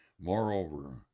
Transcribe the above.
Moreover